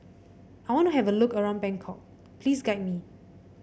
I want to have a look around Bangkok please guide me